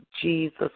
Jesus